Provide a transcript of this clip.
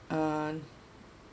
uh